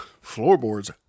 floorboards